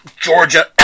Georgia